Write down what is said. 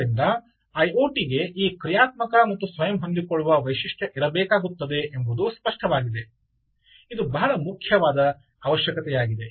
ಆದ್ದರಿಂದ ಐಒಟಿಗೆ ಈ ಕ್ರಿಯಾತ್ಮಕ ಮತ್ತು ಸ್ವಯಂ ಹೊಂದಿಕೊಳ್ಳುವ ವೈಶಿಷ್ಟ್ಯ ಇರಬೇಕಾಗುತ್ತದೆ ಎಂಬುದು ಸ್ಪಷ್ಟವಾಗಿದೆ ಇದು ಬಹಳ ಮುಖ್ಯವಾದ ಅವಶ್ಯಕತೆಯಾಗಿದೆ